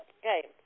Okay